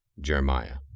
Jeremiah